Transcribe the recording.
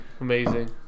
Amazing